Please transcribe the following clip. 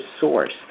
Source